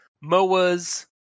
Moa's